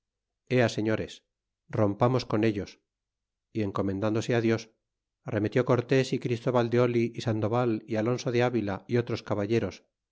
ea señores rompamos con ellos y encomendándose á dios arremetió cortés y christoval de oli y sandoval y alonso de avila y otros caballeros